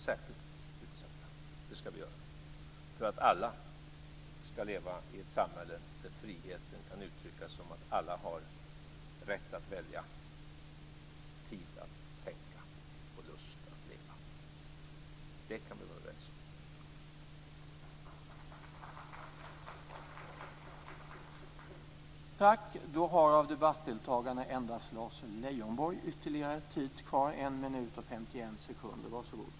Detta ska vi göra för att alla ska leva i ett samhälle där friheten kan uttryckas som att alla har rätt att välja, tid att tänka och lust att leva. Det kan vi vara överens om.